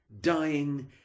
dying